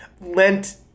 lent